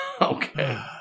Okay